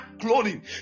clothing